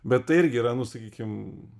bet tai irgi yra nu sakykim